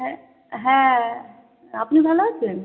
হ্যাঁ হ্যাঁ আপনি ভালো আছেন